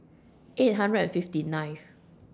eight hundred and fifty nine